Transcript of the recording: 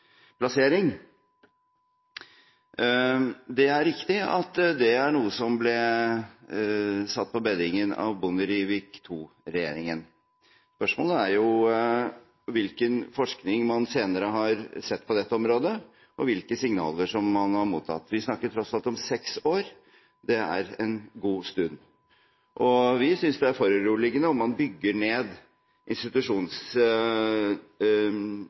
Det er riktig at det er noe som ble satt på beddingen av Bondevik II-regjeringen. Spørsmålet er jo hvilken forskning man senere har sett på dette området, og hvilke signaler man har mottatt. Vi snakker tross alt om seks år, det er en god stund. Vi synes det er foruroligende om man bygger ned